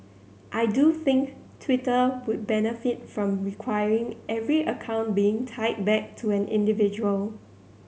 I do think Twitter would benefit from requiring every account being tied back to an individual